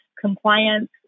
compliance